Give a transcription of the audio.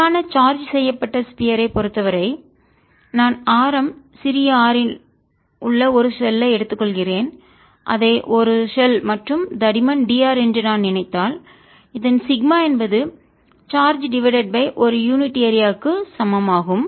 சீரான சார்ஜ் செய்யப்பட்ட ஸ்பியர் ஐ கோளத்தைப் பொறுத்தவரை நான் ஆரம் சிறிய r இன் உள்ள ஒரு ஷெல்லை எடுத்துக் கொள்கிறேன் அதை ஒரு ஷெல் மற்றும் தடிமன் d r என்று நான் நினைத்தால் இதன் சிக்மா என்பது சார்ஜ் டிவைடட் பை ஒரு யூனிட் ஏரியாக்கு சமம் ஆகும்